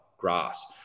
grass